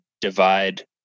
divide